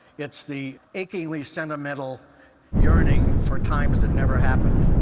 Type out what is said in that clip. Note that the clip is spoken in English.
it's the achingly sentimental yearning for times that never happened.